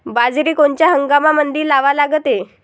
बाजरी कोनच्या हंगामामंदी लावा लागते?